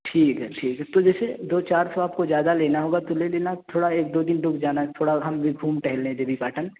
ٹھیک ہے ٹھیک ہے تو جیسے دو چار سو آپ کو زیادہ لینا ہوگا تو لے لینا تھوڑا ایک دو دن رک جانا تھوڑا ہم بھی گھوم ٹہل لیں دیوی پاٹن